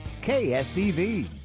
KSEV